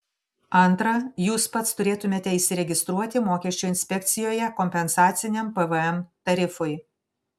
antra jūs pats turėtumėte įsiregistruoti mokesčių inspekcijoje kompensaciniam pvm tarifui